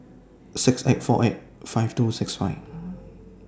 six eight four eight five two six five